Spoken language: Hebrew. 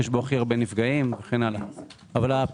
יש בו הכי הרבה נפגעים וכו'.